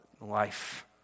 life